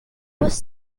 was